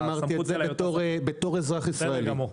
אמרתי את זה בתור אזרח ישראלי.